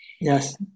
yes